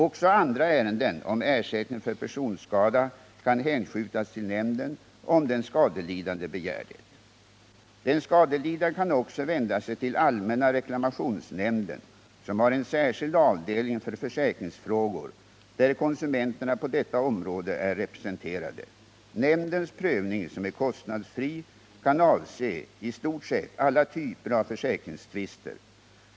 Också andra ärenden om ersättning för personskada kan hänskjutas till nämnden om den skadelidande begär det. Den skadelidande kan också vända sig till allmänna reklamationsnämnden, som har en särskild avdelning för försäkringsfrågor där konsumenterna på detta område är representerade. Nämndens prövning, som är kostnadsfri, kan avse i stort sett alla typer av försäkringstvister.